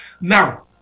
Now